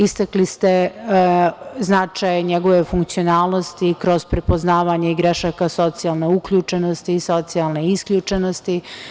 Istakli ste značaj njegove funkcionalnosti kroz prepoznavanje grešaka socijalne uključenosti i socijalnosti isključenosti.